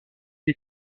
les